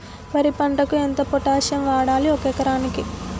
వరి పంటకు ఎంత పొటాషియం వాడాలి ఒక ఎకరానికి?